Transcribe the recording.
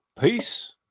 Peace